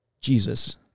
Jesus